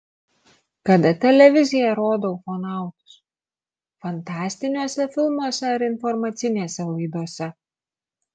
kada televizija rodo ufonautus fantastiniuose filmuose ar informacinėse laidose